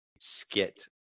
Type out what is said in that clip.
skit